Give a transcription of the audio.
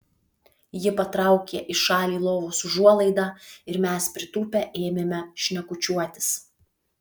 ji patraukė į šalį lovos užuolaidą ir mes pritūpę ėmėme šnekučiuotis